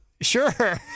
Sure